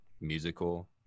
musical